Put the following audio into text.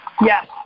Yes